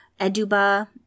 eduba